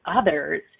others